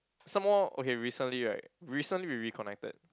some more okay recently right recently we reconnected